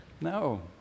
No